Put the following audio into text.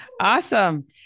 Awesome